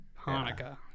Hanukkah